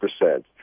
percent